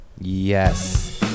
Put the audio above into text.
yes